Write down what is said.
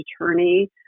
attorney